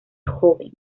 joven